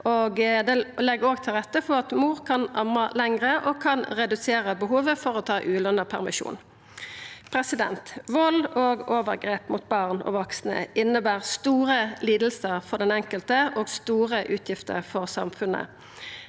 det legg til rette for at mor kan amma lenger, og det kan òg redusera behovet for å ta ulønt permisjon. Vald og overgrep mot barn og vaksne inneber store lidingar for den enkelte og store utgifter for samfunnet.